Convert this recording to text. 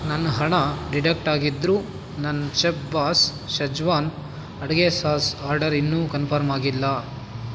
ನನ್ನ ಹಣ ಡಿಡಕ್ಟ್ ಆಗಿದ್ರೂ ನನ್ನ ಚೆಫ್ಬಾಸ್ ಶೆಜ್ವಾನ್ ಅಡುಗೆ ಸಾಸ್ ಆರ್ಡರ್ ಇನ್ನೂ ಕನ್ಫರ್ಮ್ ಆಗಿಲ್ಲ